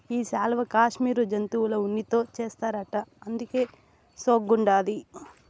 ఈ శాలువా కాశ్మీరు జంతువుల ఉన్నితో చేస్తారట అందుకే సోగ్గుండాది